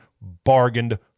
bargained